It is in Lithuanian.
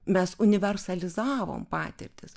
mes universalizavom patirtis